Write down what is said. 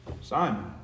Simon